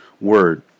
word